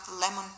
lemon